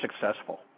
successful